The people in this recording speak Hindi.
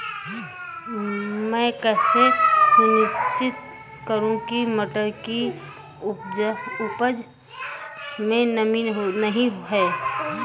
मैं कैसे सुनिश्चित करूँ की मटर की उपज में नमी नहीं है?